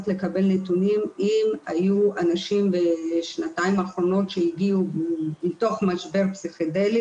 לקבל נתונים אם היו אנשים בשנתיים האחרונות שהגיעו מתוך משבר פסיכדלי